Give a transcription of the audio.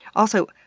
also,